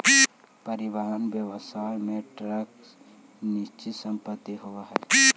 परिवहन व्यवसाय में ट्रक निश्चित संपत्ति होवऽ हई